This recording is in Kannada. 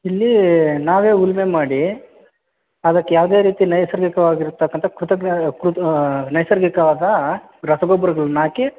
ಇಲ್ಲಿ ನಾವೇ ಉಳ್ಮೆ ಮಾಡಿ ಅದಕ್ಕೆ ಯಾವುದೇ ರೀತಿ ನೈಸರ್ಗಿಕವಾಗಿರತಕ್ಕಂಥ ಕೃತ ನೈಸರ್ಗಿಕವಾದ ರಸಗೊಬ್ಬರಗಳ್ನಾಕಿ